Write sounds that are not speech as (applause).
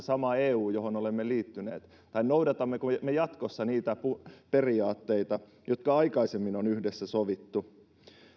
(unintelligible) sama eu johon olemme liittyneet tai noudatammeko me jatkossa niitä periaatteita jotka aikaisemmin on yhdessä sovittu